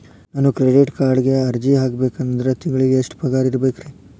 ನಾನು ಕ್ರೆಡಿಟ್ ಕಾರ್ಡ್ಗೆ ಅರ್ಜಿ ಹಾಕ್ಬೇಕಂದ್ರ ತಿಂಗಳಿಗೆ ಎಷ್ಟ ಪಗಾರ್ ಇರ್ಬೆಕ್ರಿ?